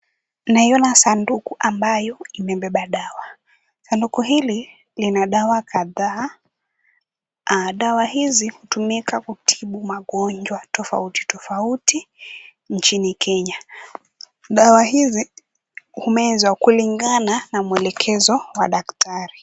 Naiona sanduku ambayo imebeba dawa. Sanduku hili lina dawa kadhaa, dawa hizi hutumika kutibu magonjwa tofauti tofauti nchini Kenya. Dawa hizi humezwa kulingana na mwelekezo wa daktari.